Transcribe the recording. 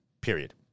Period